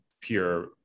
pure